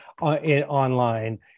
online